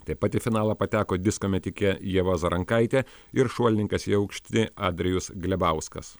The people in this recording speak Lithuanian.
taip pat į finalą pateko disko metikė ieva zarankaitė ir šuolininkas į aukštį adrijus glebauskas